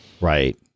Right